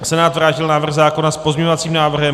Senát vrátil návrh zákona s pozměňovacím návrhem.